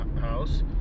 house